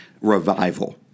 Revival